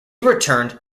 returned